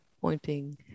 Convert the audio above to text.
pointing